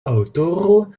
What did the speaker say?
aŭtoro